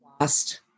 lost